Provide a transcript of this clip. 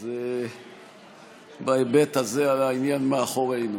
אז בהיבט הזה העניין מאחורינו.